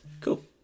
Cool